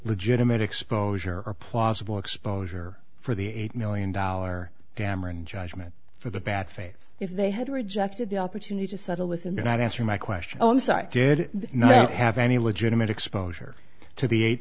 legitimate exposure or plausible exposure for the eight million dollar damron judgment for the bad faith if they had rejected the opportunity to settle with him you're not answering my question did not have any legitimate exposure to the eight